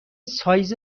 سایز